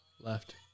Left